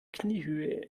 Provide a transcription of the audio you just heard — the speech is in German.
kniehöhe